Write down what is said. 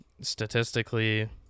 Statistically